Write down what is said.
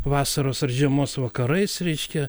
vasaros ar žiemos vakarais reiškia